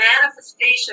manifestation